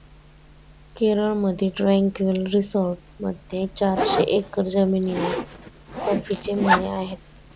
केरळमधील ट्रँक्विल रिसॉर्टमध्ये चारशे एकर जमिनीवर कॉफीचे मळे आहेत